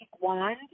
wand